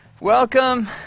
Welcome